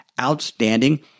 outstanding